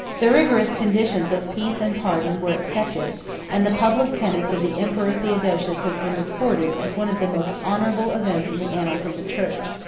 the rigorous conditions of peace and pardon were accepted and the public penance of the emperor theodosius has been recorded as one of the most honorable events in the annals of the church.